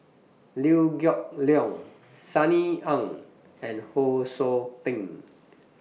Liew Geok Leong Sunny Ang and Ho SOU Ping